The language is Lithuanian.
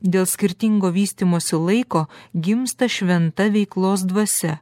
dėl skirtingo vystymosi laiko gimsta šventa veiklos dvasia